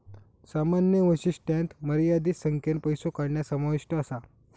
सामान्य वैशिष्ट्यांत मर्यादित संख्येन पैसो काढणा समाविष्ट असा